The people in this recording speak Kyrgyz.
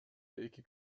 эки